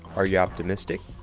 are you optimistic?